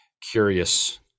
curious